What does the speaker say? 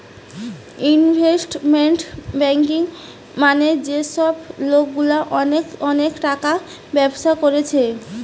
investment banking মানে যে সব লোকগুলা অনেক অনেক টাকার ব্যবসা কোরছে